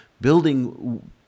building